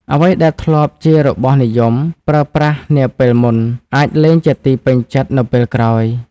អ្វីដែលធ្លាប់ជារបស់និយមប្រើប្រាស់នាពេលមុន អាចលែងជាទីពេញចិត្តនៅពេលក្រោយ។